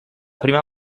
prima